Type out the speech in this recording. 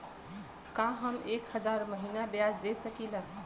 का हम एक हज़ार महीना ब्याज दे सकील?